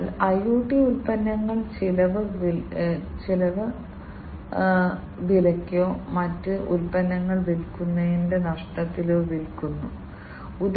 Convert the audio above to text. അതിനാൽ സമഗ്രമായി ഈ കിണർ സെൻസറാണ് വ്യവസായ സ്കെയിലിൽ ഒരു ആക്യുവേറ്റർ നെറ്റ്വർക്ക് സാങ്കേതികവിദ്യ കുറവാണ്